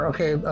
Okay